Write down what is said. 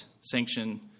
sanction